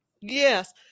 Yes